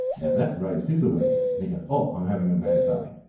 now that raised his awareness and he goes oh, i'm having a bad day.